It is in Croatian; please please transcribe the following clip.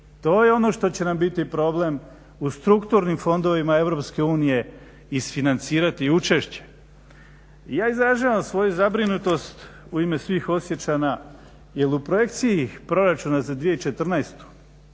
To je ono što će nam biti problem u strukturnim fondovima EU, isfinancirati učešće. Ja izražavam svoju zabrinutost u ime svih Osječana jer u projekciji proračuna za 2014.